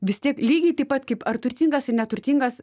vis tiek lygiai taip pat kaip ar turtingas i neturtingas